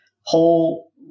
whole